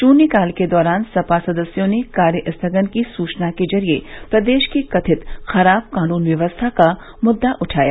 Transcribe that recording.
शून्यकाल के दौरान सपा सदस्यों ने कार्यस्थगन की सूचना के जरिये प्रदेश की कथित खराब कानून व्यवस्था का मुद्दा उठाया